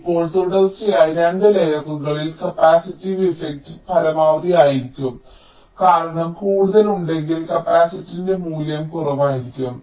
ഇപ്പോൾ തുടർച്ചയായി 2 ലെയറുകളിൽ കപ്പാസിറ്റീവ് ഇഫക്റ്റ് പരമാവധി ആയിരിക്കും കാരണം കൂടുതൽ ഉണ്ടെങ്കിൽ കപ്പാസിറ്റൻസിന്റെ മൂല്യം കുറവായിരിക്കും